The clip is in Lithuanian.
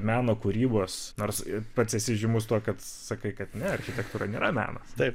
meno kūrybos nors ir pats esi žymus tuo kad sakai kad ne architektūra nėra menas taip